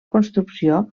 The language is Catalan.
construcció